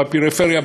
בפריפריה,